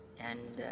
and